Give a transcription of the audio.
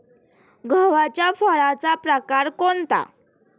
गव्हाच्या फळाचा प्रकार कोणता?